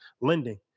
lending